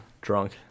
drunk